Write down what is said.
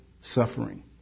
suffering